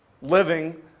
living